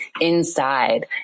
inside